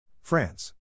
France